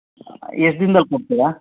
ಎಷ್ಟು ದಿನ್ದಲ್ಲಿ ಕೊಡ್ತೀರಾ